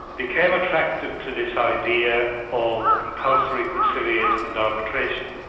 became attracted to this idea of compulsory conciliation and arbitration.